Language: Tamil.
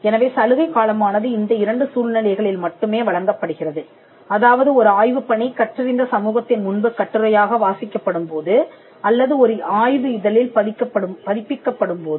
எனவே சலுகை காலமானது இந்த ரெண்டு சூழ்நிலைகளில் மட்டுமே வழங்கப்படுகிறது அதாவது ஒரு ஆய்வுப்பணி கற்றறிந்த சமூகத்தின் முன்பு கட்டுரையாக வாசிக்கப்படும் போது அல்லது ஒரு ஆய்வு இதழில் பதிப்பிக்கப்படும் போது